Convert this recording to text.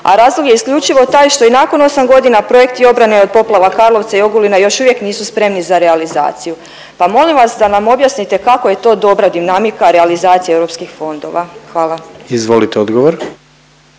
a razlog je isključivo taj što i nakon 8 godina projekti obrane od poplava Karlovca i Ogulina još uvijek nisu spremni za realizaciju, pa molim vas da nam objasnite kako je to dobra dinamika realizacije europskih fondova. Hvala. **Jandroković,